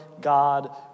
God